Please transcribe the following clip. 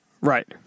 right